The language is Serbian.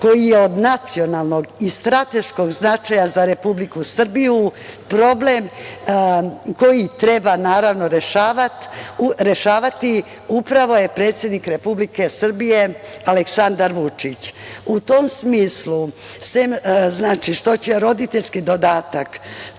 koji je od nacionalnog i strateškog značaja za Republiku Srbiju, problem koji treba rešavati upravo je predsednik Republike Srbije Aleksandar Vučić. U tom smislu, sem što će roditeljski dodatak